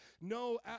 no